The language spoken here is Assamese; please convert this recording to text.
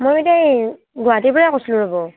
মই এতিয়া এই গুৱাহাটীৰ পৰাই কৈছিলোঁ ৰ'ব